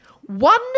one